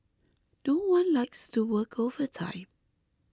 no one likes to work overtime